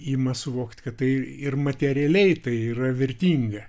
ima suvokti kad tai ir materialiai tai yra vertinga